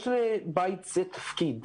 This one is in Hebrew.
יש לבית הזה תפקיד,